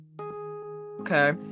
Okay